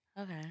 Okay